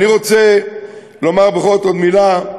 אני רוצה לומר בכל זאת עוד מילה,